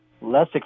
less